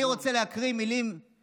אני רוצה לקרוא מילים של